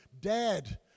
Dad